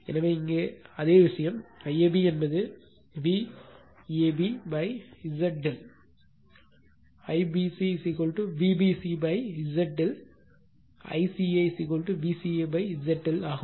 எனவே இங்கே அதே விஷயம் IAB என்பது Vab Z ∆ IBC Vbc Z ∆ ICA Vca Z ∆ ஆகும்